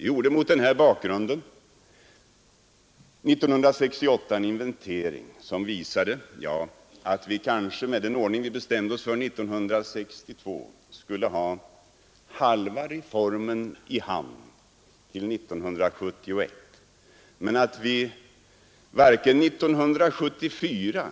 Vi gjorde mot denna bakgrund 1968 en inventering som visade att vi med den ordning vi bestämt oss för 1962 skulle ha halva reformen i hamn till 1971 men att vi 1974